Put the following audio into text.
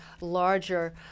larger